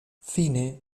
fine